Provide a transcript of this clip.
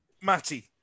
Matty